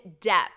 depth